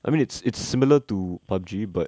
I mean it's it's similar to pub G but